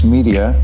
Media